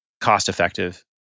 cost-effective